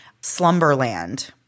Slumberland